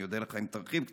אני אודה לך אם תרחיב קצת.